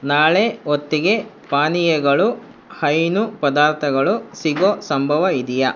ನಾಳೆ ಹೊತ್ತಿಗೆ ಪಾನೀಯಗಳು ಹೈನು ಪದಾರ್ಥಗಳು ಸಿಗೋ ಸಂಭವ ಇದೆಯಾ